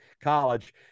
college